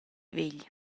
vegl